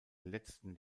letzten